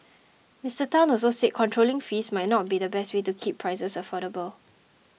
Mister Tan also said controlling fees might not be the best way to keep prices affordable